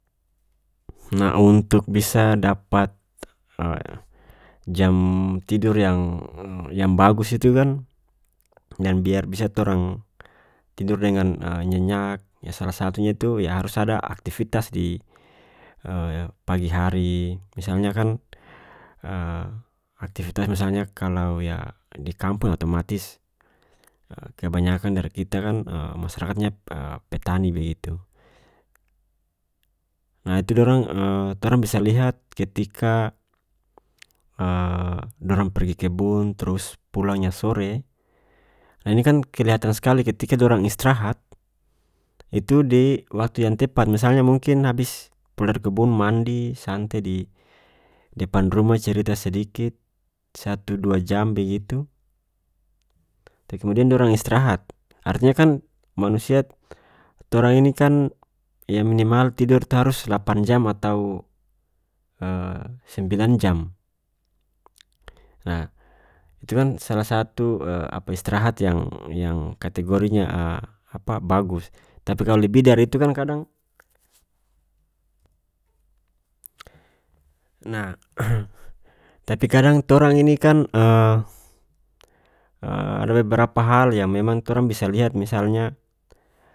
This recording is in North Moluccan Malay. Nah untuk bisa dapat jam tidur yang-yang bagus itu kan dan biar bisa torang tidor dengan nyenyak yah salah satunya itu ya harus ada aktifitas di pagi hari misalnya kan aktifitas misalnya kalau ya di kampung otomatis kebanyakan dari kita kan masyarakatnya petani begitu itu dorang torang bisa lihat ketika dorang pergi kebun turus pulangnya sore ini kan kelihatan skali ketika dorang istrahat iitu di waktu yang tepat misalnya mungkin habis pulang dari kebun mandi santai di-di depan rumah cerita sedikit satu dua jam begitu kemudian dorang istrahat artinya kan manusia torang ini kan ya minimal tidor itu harus lapan jam atau sembilan jam nah itu kan salah satu apa istrahat yang-yang kategorinya apa bagus tapi kalu lebih dari itu kan kadang nah tapi kadang torang ini kan ada beberapa hal yang memang torang bisa lihat misalnya.